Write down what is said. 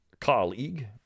colleague